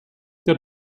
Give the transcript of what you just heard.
der